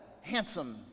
handsome